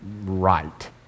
right